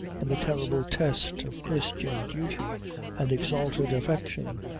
and the terrible test of christian duty and exalted affection,